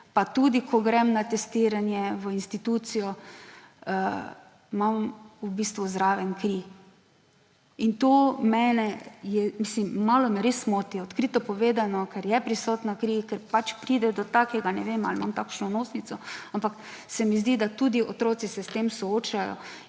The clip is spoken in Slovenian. pa tudi, ko grem na testiranje v institucijo, imam v bistvu zraven kri. Malo me res moti, odkrito povedano, ker je prisotna kri, ker pač pride do takega, ne vem, ali imam takšno nosnico, ampak se mi zdi, da se tudi otroci s tem soočajo,